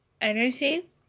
energy